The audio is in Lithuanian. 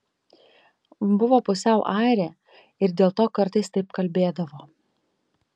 buvo pusiau airė ir dėl to kartais taip kalbėdavo